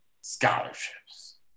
scholarships